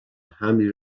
حملی